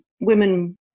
women